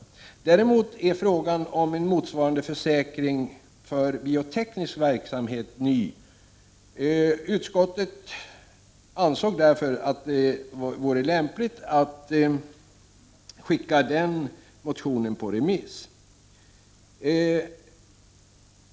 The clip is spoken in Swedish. Däremot är frågan om en motsvarande försäkring vid bioteknisk verksamhet ny. Utskottet ansåg därför att det vore lämpligt att skicka motionen om sådan försäkring på remiss.